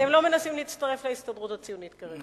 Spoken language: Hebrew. אתם לא מנסים להצטרף להסתדרות הציונית כרגע.